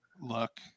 look